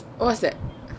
what's that